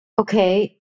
okay